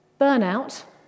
Burnout